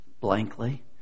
blankly